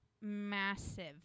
massive